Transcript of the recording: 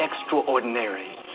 extraordinary